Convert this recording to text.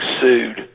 sued